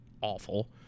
awful